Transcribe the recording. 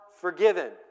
forgiven